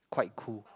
quite cool